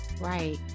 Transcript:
Right